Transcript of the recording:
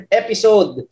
episode